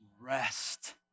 rest